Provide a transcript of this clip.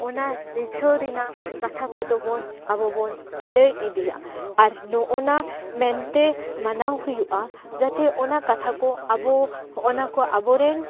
ᱱᱚᱜᱱᱟ ᱨᱤᱡᱷᱟᱹᱣ ᱨᱮᱱᱟᱜ ᱠᱟᱛᱷᱟ ᱠᱚᱫᱚᱵᱚᱱ ᱟᱵᱚ ᱵᱚᱱ ᱞᱟᱹᱭ ᱤᱫᱤᱭᱟ ᱟᱨ ᱱᱚᱜᱱᱟ ᱢᱮᱱᱛᱮ ᱢᱟᱱᱟᱣ ᱦᱩᱭᱩᱜᱼᱟ ᱡᱟᱛᱮ ᱚᱱᱟ ᱠᱟᱛᱷᱟ ᱠᱚ ᱟᱵᱚ ᱦᱚᱜᱱᱟ ᱠᱚ ᱟᱵᱚᱨᱮᱱ